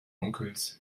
onkels